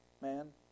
man